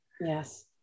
Yes